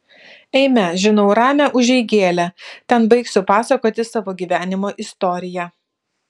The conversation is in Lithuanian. eime žinau ramią užeigėlę ten baigsiu pasakoti savo gyvenimo istoriją